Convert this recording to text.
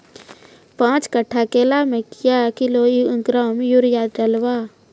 पाँच कट्ठा केला मे क्या किलोग्राम यूरिया डलवा?